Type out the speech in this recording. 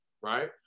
right